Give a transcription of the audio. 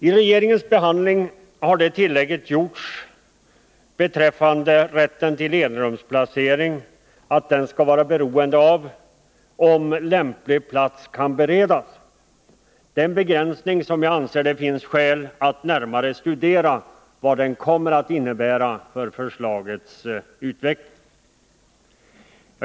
I regeringens behandling har det tillägget gjorts, att rätten till enrumsplacering skall vara beroende av ”om lämplig plats kan beredas”. Vad den begränsningen kommer att innebära, finns det skäl att närmare studera.